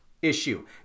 Issue